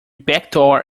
backdoor